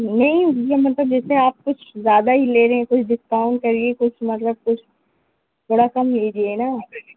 نہیں یہ مطلب جیسے آپ کچھ زیادہ ہی لے رہے ہیں کچھ ڈسکاؤنٹ کریے کچھ مطلب کچھ تھوڑا کم لیجیے نا